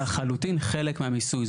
לחלוטין חלק מהמיסוי.